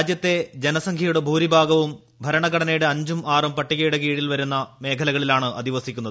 രാജ്യത്തെ ജനസംഖ്യയുടെ ഭൂരിഭാഗവും ഭരണഘടനയുടെ അഞ്ചും ആറും പട്ടികയുടെ കീഴിൽ വരുന്ന മേഖലകളിലാണ് അധിവസിക്കുന്നത്